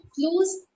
close